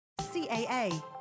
CAA